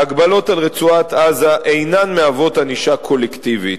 ההגבלות על רצועת-עזה אינן מהוות ענישה קולקטיבית.